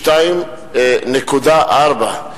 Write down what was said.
2.4,